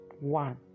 one